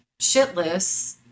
shitless